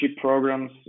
programs